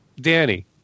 Danny